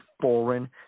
foreign